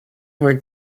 were